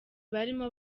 barimo